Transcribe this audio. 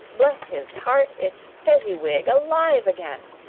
bless his heart it's fezziwig alive again!